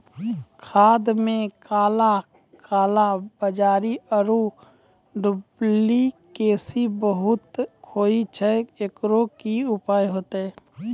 खाद मे काला कालाबाजारी आरु डुप्लीकेसी बहुत होय छैय, एकरो की उपाय होते?